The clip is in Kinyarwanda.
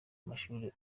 mashuri